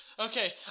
Okay